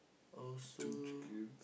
also